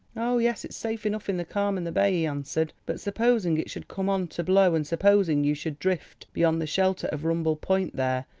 oh, yes, it's safe enough in the calm and the bay, he answered, but supposing it should come on to blow and supposing you should drift beyond the shelter of rumball point there,